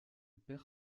perd